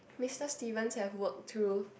Mr Stevens have work through